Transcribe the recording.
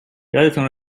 یادتون